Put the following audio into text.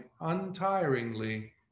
untiringly